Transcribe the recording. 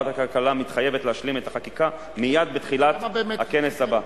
ועדת הכלכלה מתחייבת להשלים את החקיקה מייד בתחילת הכנס הבא.